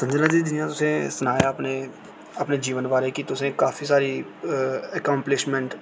संजना जी जि'यां तुसें सनाया अपने जीवन बारे कि तुसें ई काफी सारी अकांप्लिशमेंट